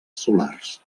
solars